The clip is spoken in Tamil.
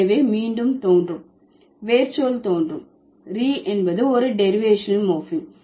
எனவே மீண்டும் தோன்றும் வேர்ச்சொல் தோன்றும் re என்பது ஒரு டெரிவேஷனல் மோர்பீம்